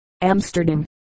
Amsterdam